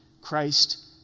Christ